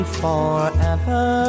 forever